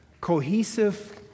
cohesive